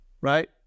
right